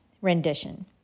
rendition